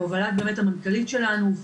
בהובלת המנכ"לית שלנו,